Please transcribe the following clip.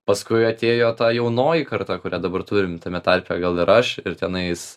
paskui atėjo ta jaunoji karta kurią dabar turim tame tarpe gal ir aš ir tenais